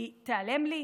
היא תיעלם לי,